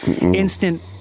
instant –